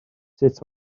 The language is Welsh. sut